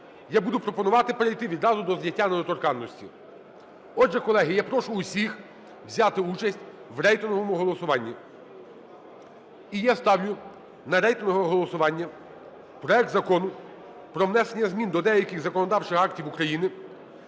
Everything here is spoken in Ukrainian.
я буду пропонувати перейти відразу до зняття недоторканності. Отже, колеги, я прошу усіх взяти участь в рейтингову голосуванні. І я ставлю на рейтингове голосування проект Закону про внесення змін до деяких законодавчих актів України